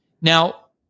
Now